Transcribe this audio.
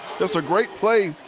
it's a great play